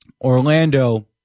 Orlando